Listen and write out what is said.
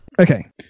Okay